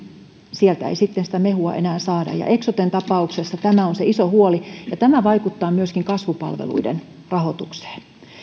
sieltä ei mehua enää saada ja eksoten tapauksessa tämä on se iso huoli tämä vaikuttaa myöskin kasvupalveluiden rahoitukseen